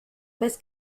parce